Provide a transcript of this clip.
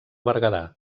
berguedà